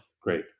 Great